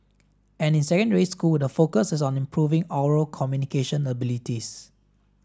and in secondary school the focus is on improving oral communication abilities